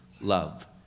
Love